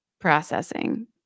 processing